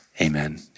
Amen